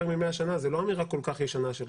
מ-100 שנה זו לא אמירה כל כך ישנה שלך.